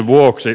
korostan